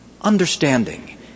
understanding